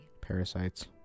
Parasites